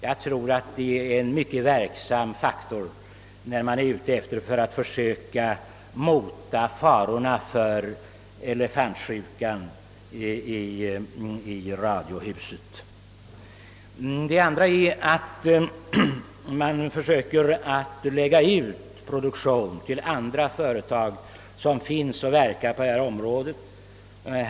Jag tror att en sådan ändring verksamt skulle bidraga till att minska riskerna för elefantsjuka i radiohuset. Den andra detaljen är att man skall försöka lägga ut produktion till andra företag här i landet som verkar på detta område.